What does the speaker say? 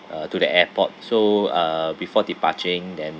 uh to the airport so uh before departing then